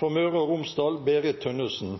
For Møre og Romsdal: Berit Tønnesen